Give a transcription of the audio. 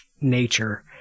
nature